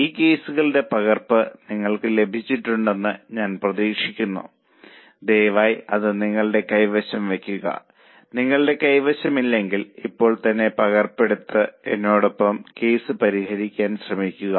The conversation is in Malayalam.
ഈ കേസുകളുടെ പകർപ്പ് നിങ്ങൾക്ക് ലഭിച്ചിട്ടുണ്ടെന്ന് ഞാൻ പ്രതീക്ഷിക്കുന്നു ദയവായി അത് നിങ്ങളുടെ കൈവശം വയ്ക്കുക നിങ്ങളുടെ കൈവശം ഇല്ലെങ്കിൽ ഇപ്പോൾ പകർപ്പ് എടുത്ത് എന്നോടൊപ്പം കേസ് പരിഹരിക്കാൻ ശ്രമിക്കുക